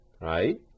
right